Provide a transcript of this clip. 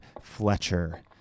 Fletcher